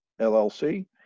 LLC